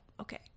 Okay